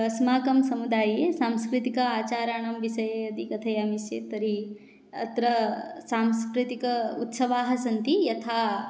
अस्माकं समुदाये सांस्कृतिक आचाराणां विषये आदौ कथयामि चेत् तर्हि अत्र सांस्कृतिक उत्सवाः सन्ति यथा